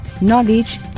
knowledge